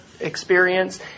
experience